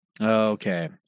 Okay